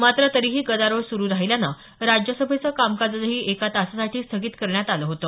मात्र तरीही गदारोळ सुरु राहील्यानं राज्यसभेचं कामकाजही एक तासासाठी स्थगित करण्यात आलं होतं